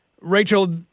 Rachel